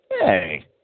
Hey